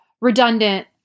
redundant